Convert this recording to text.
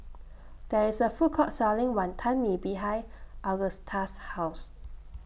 There IS A Food Court Selling Wantan Mee behind Agusta's House